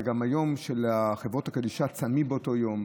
זה גם היום שבו בחברות הקדישא צמים, באותו יום,